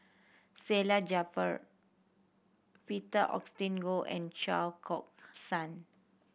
Salleh Japar Peter Augustine Goh and Chao cork San